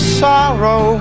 sorrow